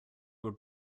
were